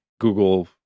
Google